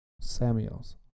Samuels